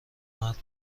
مرد